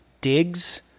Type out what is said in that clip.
digs